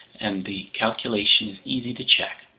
and the calculation is easy to check.